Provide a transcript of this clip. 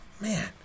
man